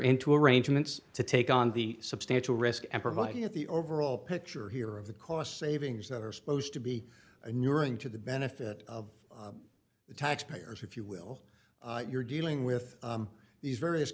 into arrangements to take on the substantial risk and providing at the overall picture here of the cost savings that are supposed to be in your into the benefit of the tax payers if you will you're dealing with these various